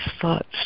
thoughts